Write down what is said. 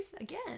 again